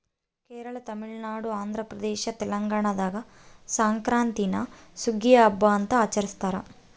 ಕೇರಳ ತಮಿಳುನಾಡು ಆಂಧ್ರಪ್ರದೇಶ ತೆಲಂಗಾಣದಾಗ ಸಂಕ್ರಾಂತೀನ ಸುಗ್ಗಿಯ ಹಬ್ಬ ಅಂತ ಆಚರಿಸ್ತಾರ